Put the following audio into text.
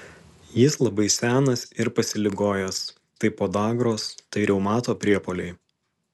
jis labai senas ir pasiligojęs tai podagros tai reumato priepuoliai